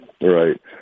right